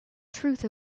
truth